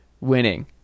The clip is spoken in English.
winning